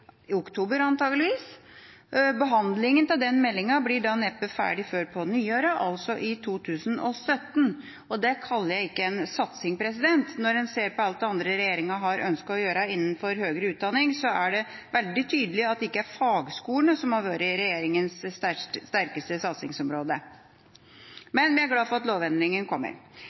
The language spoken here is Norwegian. i oktober, antageligvis. Behandlingen av den meldinga blir da neppe ferdig før på nyåret, altså i 2017. Det kaller jeg ikke en satsing. Når en ser på alt det andre regjeringa har ønsket å gjøre innenfor høyere utdanning, er det veldig tydelig at det ikke er fagskolene som har vært regjeringas sterkeste satsingsområde. Men vi er glade for at lovendringen kommer.